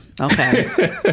okay